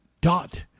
dot